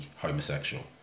homosexual